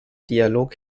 dialog